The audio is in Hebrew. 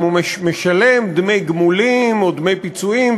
אם הוא משלם דמי גמולים או דמי פיצויים,